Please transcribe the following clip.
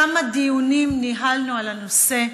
כמה דיונים ניהלנו בנושא,